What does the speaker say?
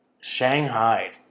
Shanghai